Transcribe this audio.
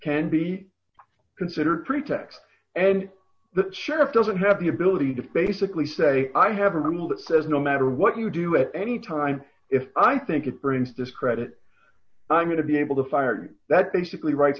can be considered pretext and the sheriff doesn't have the ability to basically say i have a rule that says no matter what you do at any time if i think it brings discredit i'm going to be able to fire you that basically right